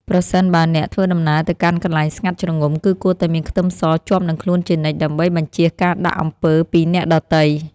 ប្រសិនបើអ្នកធ្វើដំណើរទៅកាន់កន្លែងស្ងាត់ជ្រងំគឺគួរតែមានខ្ទឹមសជាប់នឹងខ្លួនជានិច្ចដើម្បីបញ្ចៀសការដាក់អំពើពីអ្នកដទៃ។